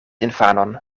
infanon